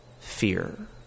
fear